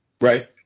Right